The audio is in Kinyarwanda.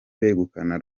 begukana